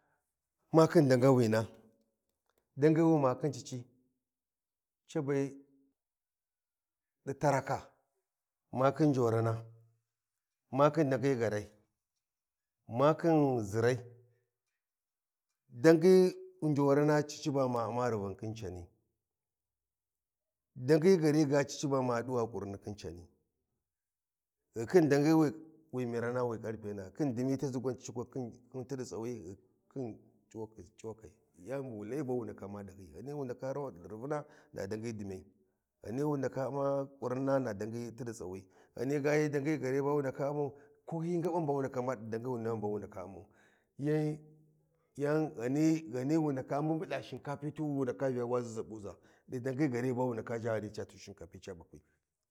Ma khin dangawina, dangi wi ma khin cici ca be ɗi taraka makhin njirana makhin dangi gaarai ma khin ʒirai dangi njorana cini dangi gaari ga cici ba ma ɗuwa ƙurinni khin cani gu khun dangi wi mirana wi ƙarpena khin dimi taʒa gwani cic gwan, khin ti ɗi tsawi ghu khin cuwa- cuwalai yani bu wu layi ba wu ndaka umma ɗahyi ghan wu ndaka ɗiwa rivuna na dangi dimya, ghani wu ndaka umma ƙurinna na dangi ti ɗi tsawi ghani ga hyi dagi gaari ba wu ndaka ummau ko hyi ngaɓan ba wu naka umma ɗi dangi wi nayin ba wu ndaka ummau yan ghani wu ndaka ɓuɓultha shinkapi tu wi wu ndaka Vya wa ʒaʒʒabauʒa ɗi dangi gaari ba wu ndaka ʒha ghani ca shinkapi tu ca ɓakwi.